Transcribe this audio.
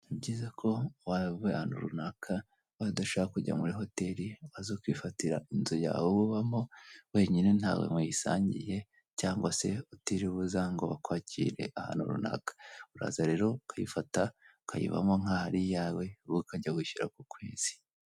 Ni byiza ko waba uri ahantu runaka, ubaye udashaka kujya muri hoteri, waza ukifatira inzu yawe uba ubamo, wenyine ntawe muyisangiye cyangwa se utiriwe uza ngo bakwakire ahantu runaka. Uraza rero ukayifata, ukayibamo nk'aho ari iyawe, wowe ukajya wishyura ku kwezi.